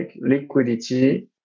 liquidity